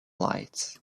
lights